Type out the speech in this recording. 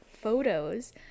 photos